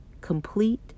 complete